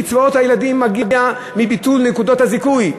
קצבאות הילדים מגיעות מביטול נקודות הזיכוי.